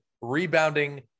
rebounding